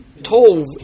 tov